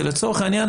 לצורך העניין